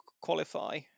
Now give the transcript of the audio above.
qualify